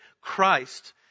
christ